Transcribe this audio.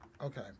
okay